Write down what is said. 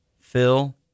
Phil